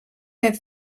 wir